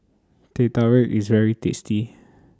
Teh Tarik IS very tasty